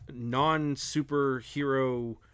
non-superhero